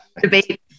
debate